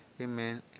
amen